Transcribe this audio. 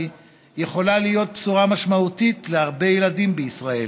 יכולה להיות בשורה משמעותית להרבה ילדים בישראל,